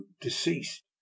deceased